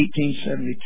1872